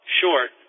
short